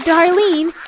Darlene